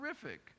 terrific